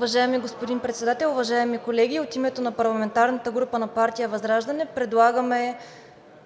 Уважаеми господин Председател, уважаеми колеги! От името на парламентарната група на партия ВЪЗРАЖДАНЕ предлагаме